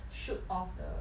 shoot off the